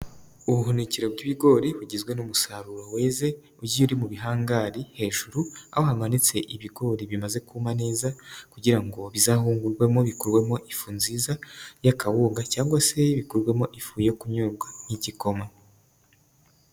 Ubuhunikiro bw'ibigori bugizwe n'umusaruro weze, ugiye uri mu bihangari hejuru. Aho hamanitse ibigori bimaze kuma neza kugira ngo bizahungurwemo bikurwemo ifu nziza y'akawunga cyangwa se bikorwemo ifu kunyobwa y'igikoma.